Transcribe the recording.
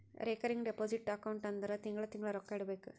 recurring deposit account ಅಂದುರ್ ತಿಂಗಳಾ ತಿಂಗಳಾ ರೊಕ್ಕಾ ಇಡಬೇಕು